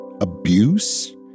abuse